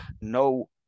No